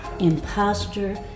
imposter